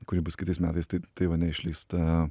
kuri bus kitais metais taivane išleista